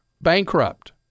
bankrupt